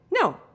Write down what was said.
No